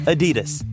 Adidas